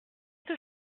que